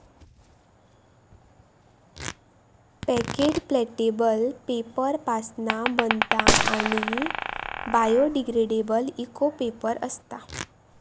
packet plantable paper पासना बनता आणि बायोडिग्रेडेबल इको पेपर असता